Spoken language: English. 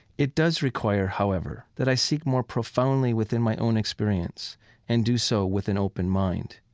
it does require, however, that i seek more profoundly within my own experience and do so with an open mind.